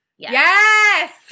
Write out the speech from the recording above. Yes